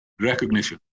recognition